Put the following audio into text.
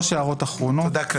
קארין תודה.